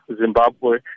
Zimbabwe